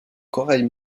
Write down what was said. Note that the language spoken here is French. corail